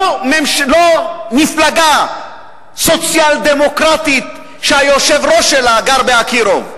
לא מפלגה סוציאל-דמוקרטית שהיושב-ראש שלה גר ב"אקירוב",